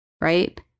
right